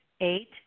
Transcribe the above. Eight